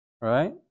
right